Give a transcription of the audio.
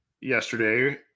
yesterday